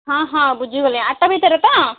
ହଁ ହଁ ବୁଝିଗଲି ଆଟ ଭିତରେ ତ